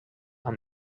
amb